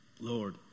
Lord